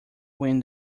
win